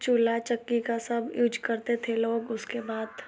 चूल्हा चक्की का सब यूज़ करते थे लोग उसके बाद